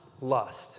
lust